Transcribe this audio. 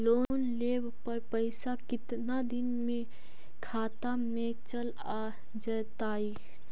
Loan लेब पर पैसा कितना दिन में खाता में चल आ जैताई?